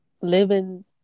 living